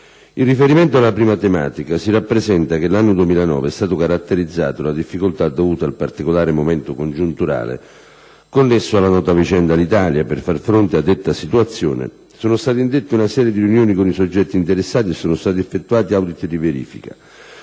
In riferimento alla prima tematica, si rappresenta che l'anno 2009 è stato caratterizzato da difficoltà dovute al particolare momento congiunturale connesso alla nota vicenda Alitalia. Per far fronte a detta situazione, sono state indette una serie di riunioni con i soggetti interessati e sono stati effettuati *audit* di verifica.